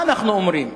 מה אנחנו אומרים?